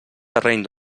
terreny